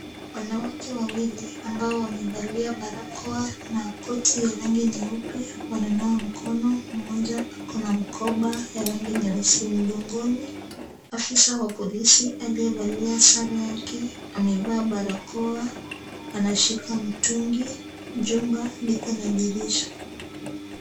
Wanawake wawili ambao wamevalia barakoa na koti ya rangi nyeupe, wananawa mkono. Mmoja ako na mkoba ya rangi nyeusi mgongoni. Afisa wa polisi aliyevalia sare yake amevaa barakoa, anashika mtungi. Jumba liko na dirisha.